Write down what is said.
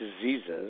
diseases